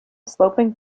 sloping